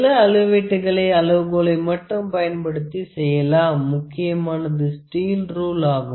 சில அளவீட்டுகளை அளவுகோலை மட்டும் பயன்படுத்தி செய்யலாம் முக்கியமானது ஸ்டீல் ரூல் ஆகும்